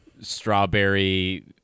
strawberry